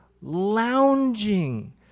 lounging